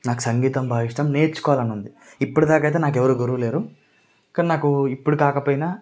నాకు సంగీతం బాగా ఇష్టం నేర్చుకోవాలని ఉంది ఇప్పటిదాకా అయితే నాకెవరూ గురువు లేరు కానీ నాకు ఇప్పుడు కాకపోయినా